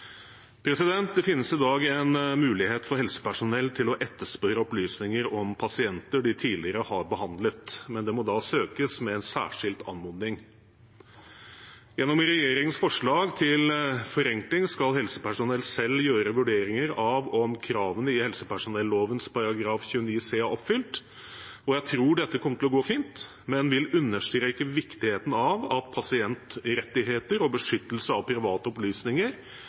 Det finnes i dag en mulighet for helsepersonell til å etterspørre opplysninger om pasienter de tidligere har behandlet, men det må da søkes med en særskilt anmodning. Gjennom regjeringens forslag til forenkling skal helsepersonell selv gjøre vurderinger av om kravene i helsepersonelloven § 29 c er oppfylt. Jeg tror dette kommer til å gå fint, men vil understreke viktigheten av at pasientrettigheter og beskyttelse av private opplysninger